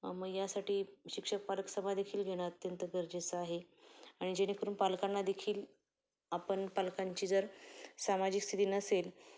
मग यासाठी शिक्षक पालक सभादेखील घेणं अत्यंत गरजेचं आहे आणि जेणेकरून पालकांना देेखील आपण पालकांची जर सामाजिक स्थिती नसेल